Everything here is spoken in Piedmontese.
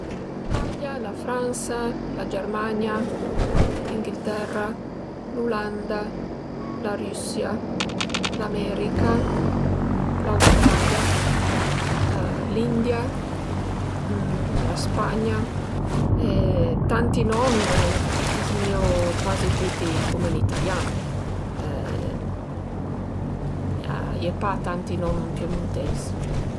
L'Italia, la Fransa, la Germania, l'Inghilterra, l'Ulanda, la Rüssia, l'America, l'Australia l'India, la Spagna e tanti nom a zmiu cuasi tüti cum ën italian a ie pa tanti nom ën piemunteis